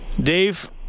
Dave